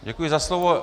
Děkuji za slovo.